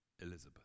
Elizabeth